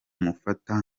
mufata